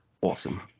Awesome